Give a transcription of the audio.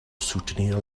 soutenir